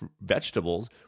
vegetables